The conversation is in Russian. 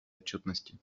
отчетности